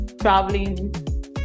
traveling